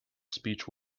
speech